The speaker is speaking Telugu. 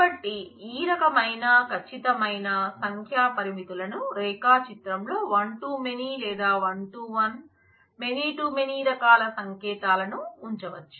కాబట్టి ఈ రకమైన ఖచ్చితమైన సంఖ్య పరిమితులను రేఖాచిత్రంలో వన్ టూ మెనీ లేదా one to one many to many రకాల సంకేతాలను ఉంచవచ్చు